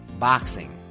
boxing